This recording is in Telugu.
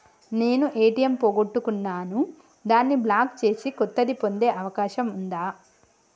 నేను ఏ.టి.ఎం పోగొట్టుకున్నాను దాన్ని బ్లాక్ చేసి కొత్తది పొందే అవకాశం ఉందా?